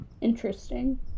Interesting